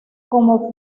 como